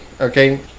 okay